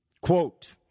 Quote